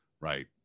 right